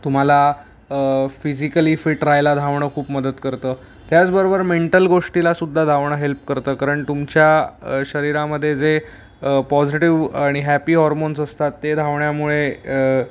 तुम्हाला physically fit राहायला धावणं खूप मदत करतं त्याचबरोबर मेंटल गोष्टीलासुद्धा धावणं हेल्प करतं कारण तुमच्या शरीरामध्ये जे पॉझिटिव्ह आणि हॅपी हॉर्मोन्स असतात ते धावण्यामुळे